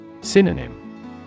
Synonym